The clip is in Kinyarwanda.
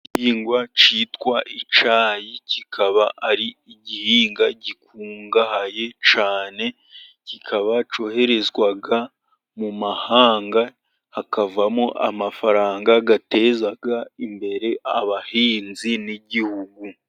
Igihingwa cyitwa icyayi kikaba ari igihingwa gikungahaye cyane, kikaba cyoherezwa mu mahanga hakavamo amafaranga ateza imbere abahinzi n'igihugu.